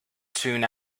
soon